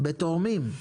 אלא באמצעות תורמים.